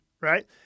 right